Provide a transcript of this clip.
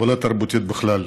ולא תרבותית בכלל.